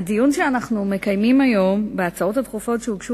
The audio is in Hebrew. הדיון שאנחנו מקיימים היום בהצעות הדחופות שהוגשו